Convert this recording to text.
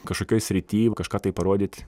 kažkokioj srity va kažką tai parodyt